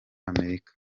amerika